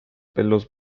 pelos